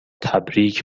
تبریک